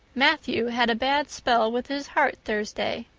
matthew had a bad spell with his heart thursday,